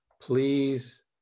please